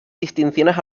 distinciones